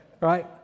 right